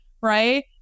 Right